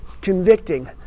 convicting